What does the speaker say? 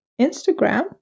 Instagram